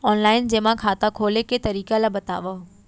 Online जेमा खाता खोले के तरीका ल बतावव?